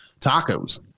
tacos